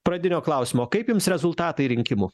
pradinio klausimo kaip jums rezultatai rinkimų